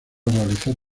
realizar